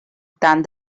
than